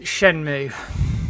Shenmue